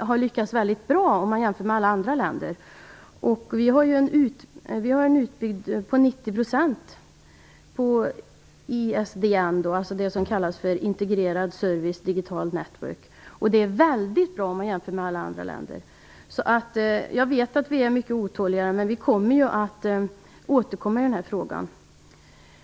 har lyckats mycket bra jämfört med alla andra länder. Sverige har en utbyggnad på 90 % i Det är mycket bra om man jämför med alla andra länder. Jag vet alltså att människor är mycket otåliga, men vi kommer att återkomma i denna fråga.